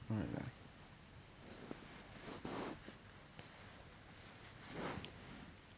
alright ya